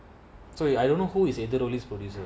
sorry I don't know who is uh little this producer